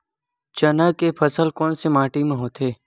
चना के फसल कोन से माटी मा होथे?